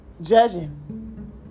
Judging